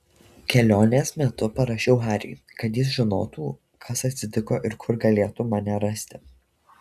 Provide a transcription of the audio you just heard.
kelionės metu parašiau hariui kad jis žinotų kas atsitiko ir kur galėtų mane rasti